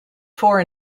four